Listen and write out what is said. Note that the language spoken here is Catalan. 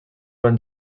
van